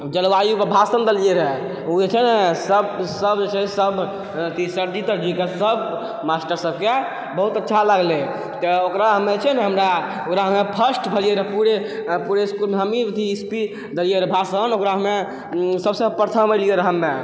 जलवायुपर भाषण देलियै रहै ओ जे छै ने सब सब जे छै सब अथी सरजी तरजी कऽ सब मास्टर सबके बहुत अच्छा लागलै तऽ ओकरा हमे जे छै ने हमरा ओकरा हमे फर्स्ट भेलियै रहै पूरे पूरे इसकुलमे हमहीं अथी स्पीच देलियै रहै भाषण ओकरा हमे सब सऽ प्रथम एलियै रहऽ हमे